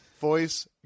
Voice